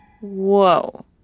Whoa